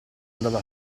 andava